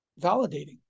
validating